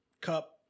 cup